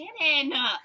shannon